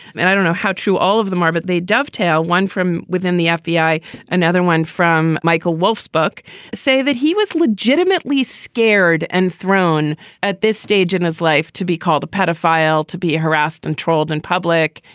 and i don't know how true all of them are, but they dovetail one from within the fbi. another one from michael wolfe's book say that he was legitimately scared and thrown at this stage in his life to be called a pedophile, to be harassed and trolled in public.